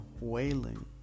wailing